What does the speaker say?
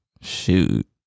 Shoot